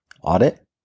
Audit